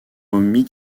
omis